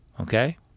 okay